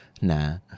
Nah